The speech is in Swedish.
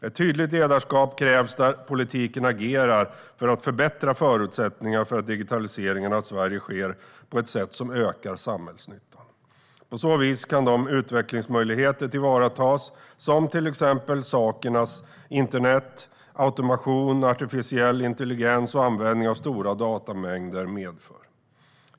Ett tydligt ledarskap krävs där politiken agerar för att förbättra förutsättningar för att digitaliseringen av Sverige sker på ett sätt som ökar samhällsnyttan. På så vis kan de utvecklingsmöjligheter tillvaratas som till exempel sakernas internet, automation, artificiell intelligens och användning av stora datamängder medför.